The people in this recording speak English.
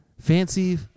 Fancy